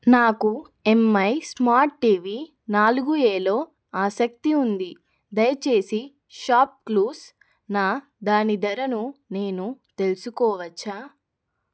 నాకు Mi smart TV నాలుగు ఏలో ఆసక్తి ఉంది దయచేసి షాప్ క్లూస్న దాని ధరను నేను తెలుసుకోవచ్చా